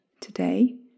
today